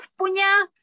punya